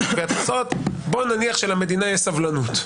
לגביית קנסות בוא נניח שלמדינה יש סבלנות,